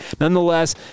nonetheless